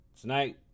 Tonight